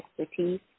expertise